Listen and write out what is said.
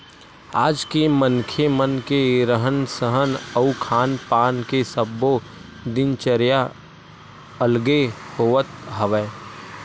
आज के मनखे मन के रहन सहन अउ खान पान के सब्बो दिनचरया अलगे होवत हवय